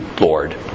Lord